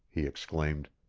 he exclaimed.